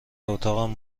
اتاقم